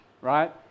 right